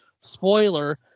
Spoiler